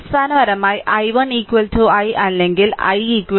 അടിസ്ഥാനപരമായി i1 i അല്ലെങ്കിൽ i i1